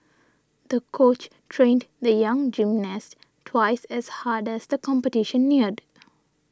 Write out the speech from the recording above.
the coach trained the young gymnast twice as hard as the competition neared